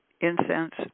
incense